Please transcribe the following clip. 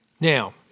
Now